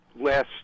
last